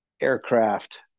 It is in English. aircraft